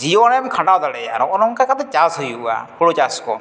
ᱡᱤᱭᱚᱱ ᱮᱢ ᱠᱷᱟᱰᱟᱣ ᱫᱟᱲᱮᱭᱟᱜᱼᱟ ᱱᱚᱜᱼᱚ ᱱᱚᱝᱠᱟ ᱠᱟᱛᱮᱫ ᱪᱟᱥ ᱦᱩᱭᱩᱜᱼᱟ ᱦᱩᱲᱩ ᱪᱟᱥ ᱠᱚ